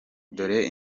dore